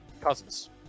Cousins